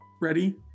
Ready